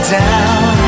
down